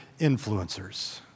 influencers